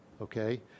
Okay